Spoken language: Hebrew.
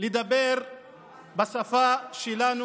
לדבר בשפה שלנו,